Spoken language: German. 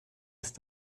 ist